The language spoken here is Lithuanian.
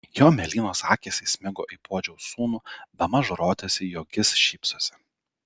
jo mėlynos akys įsmigo į puodžiaus sūnų bemaž rodėsi jog jis šypsosi